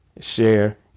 share